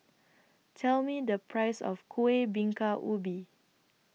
Tell Me The Price of Kuih Bingka Ubi